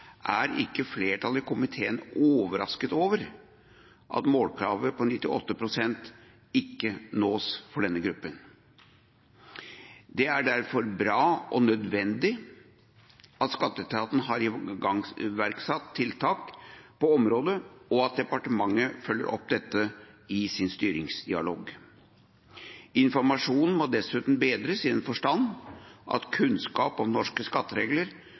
er ikke flertallet i komiteen overrasket over at målkravet på 98 pst. ikke nås for denne gruppen. Det er derfor bra og nødvendig at skatteetaten har iverksatt tiltak på området, og at departementet følger opp dette i sin styringsdialog. Informasjonen må dessuten bedres i den forstand at kunnskap om norske skatteregler